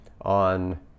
on